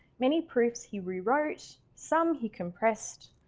many proofs he rewrote. some he compressed.